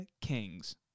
kings